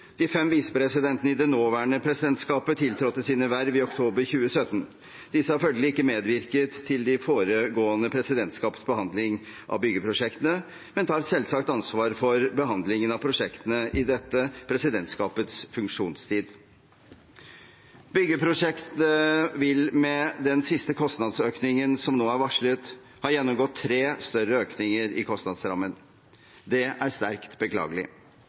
De fem visepresidentene i det nåværende presidentskapet tiltrådte sine verv i oktober 2017. Disse har følgelig ikke medvirket ved de foregående presidentskapenes behandling av byggeprosjektene, men tar selvsagt ansvar for behandlingen av prosjektene i dette presidentskapets funksjonstid. Byggeprosjektet vil med den siste kostnadsøkningen som nå er varslet, ha gjennomgått tre større økninger i kostnadsrammen. Det er sterkt beklagelig.